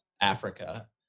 Africa